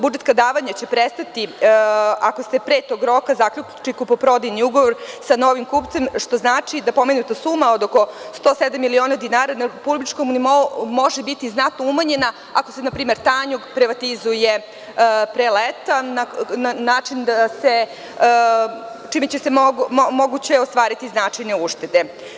Budžetska davanja će prestati ako se pre tog roka zaključi kupoprodajni ugovor sa novim kupcem, što znači da pomenuta suma od oko 107 miliona dinara na republičkom nivou može biti znatno umanjena ako se npr. Tanjug privatizuje pre leta, čime je mogućeostvariti značajne uštede.